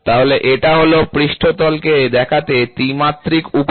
তাহলে এটা হল পৃষ্ঠতল কে দেখাতে ত্রিমাত্রিক উপায়